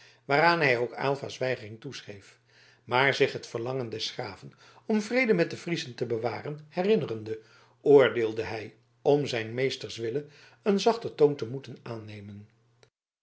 waaraan hij ook aylva's weigering toeschreef maar zich het verlangen des graven om vrede met de friezen te bewaren herinnerende oordeelde hij om zijns meesters wille een zachter toon te moeten aannemen